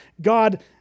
God